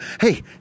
Hey